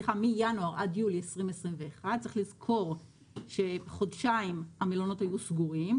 מינואר ועד יולי 2021. צריך לזכור שחודשיים המלונות היו סגורים,